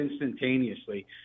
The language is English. instantaneously